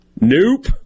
nope